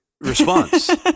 response